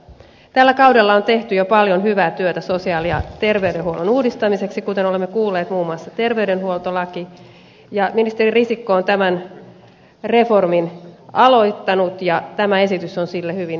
tällä kaudella on tehty jo paljon hyvää työtä sosiaali ja terveydenhuollon uudistamiseksi kuten olemme kuulleet muun muassa terveydenhuoltolaki ja ministeri risikko on tämän reformin aloittanut ja tämä esitys on sille hyvin luontevaa jatkoa